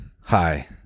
hi